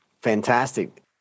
fantastic